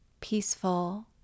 peaceful